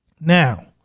Now